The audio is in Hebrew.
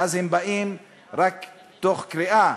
ואז הם באים רק תוך קריאה: